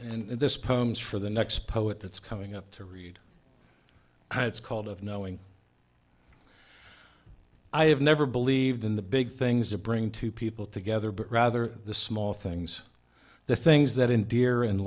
and this poems for the next poet that's coming up to read how it's called of knowing i have never believed in the big things that bring two people together but rather the small things the things that in dear